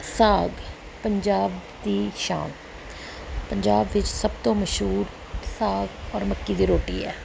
ਸਾਗ ਪੰਜਾਬ ਦੀ ਸ਼ਾਨ ਪੰਜਾਬ ਵਿੱਚ ਸਭ ਤੋਂ ਮਸ਼ਹੂਰ ਸਾਗ ਔਰ ਮੱਕੀ ਦੀ ਰੋਟੀ ਹੈ